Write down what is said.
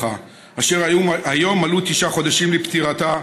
אשר היום מלאו תשעה חודשים לפטירתה,